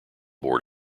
board